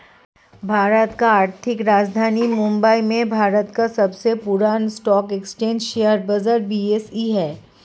भारत की आर्थिक राजधानी मुंबई में भारत का सबसे पुरान स्टॉक एक्सचेंज शेयर बाजार बी.एस.ई हैं